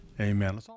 amen